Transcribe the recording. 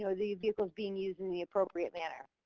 you know, these vehicles being used in the appropriate manner.